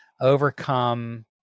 overcome